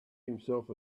himself